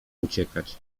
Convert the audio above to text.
uciekać